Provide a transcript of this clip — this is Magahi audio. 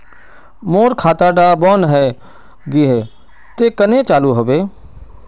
मोर खाता डा बन है गहिये ते कन्हे चालू हैबे?